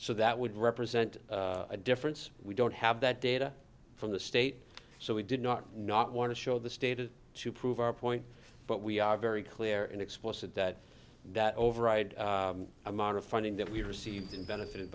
so that would represent a difference we don't have that data from the state so we did not not want to show the stated to prove our point but we are very clear and explicit that that override amount of funding that we received in benefit